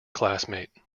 classmate